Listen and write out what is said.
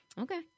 Okay